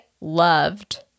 loved